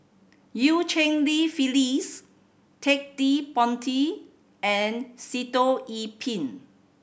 Eu Cheng Li Phyllis Ted De Ponti and Sitoh Yih Pin